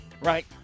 right